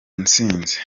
ntsinzi